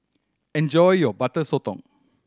enjoy your Butter Sotong